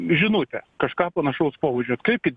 žinutę kažką panašaus pobūdžio atkreipkit